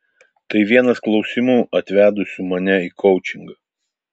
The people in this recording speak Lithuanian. tai vienas klausimų atvedusių mane į koučingą